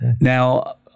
Now